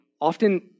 Often